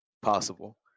Possible